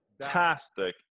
fantastic